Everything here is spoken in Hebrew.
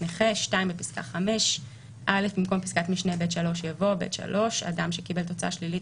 נכה"; במקום פסקת משנה (ב3) יבוא: "(ב3)אדם שקיבל תוצאה שלילית